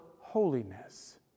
holiness